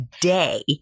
day